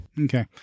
Okay